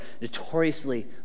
notoriously